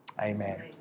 Amen